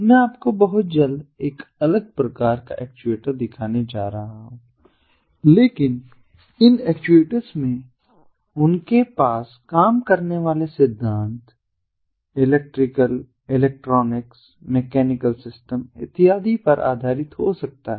मैं आपको बहुत जल्द एक अलग प्रकार का एक्चुएटर दिखाने जा रहा हूं लेकिन इन एक्चुएटर्स में उनके पास काम करने वाले सिद्धांत इलेक्ट्रिकल इलेक्ट्रॉनिक्स मैकेनिकल सिस्टम इत्यादि पर आधारित हो सकता है